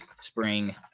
spring